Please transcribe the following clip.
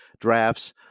drafts